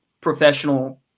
professional